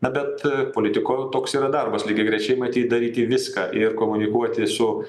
na bet politiko toks yra darbas lygiagrečiai matyt daryti viską ir komunikuoti su